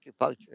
acupuncture